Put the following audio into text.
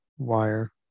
wire